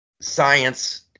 Science